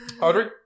Audrey